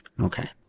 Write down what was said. okay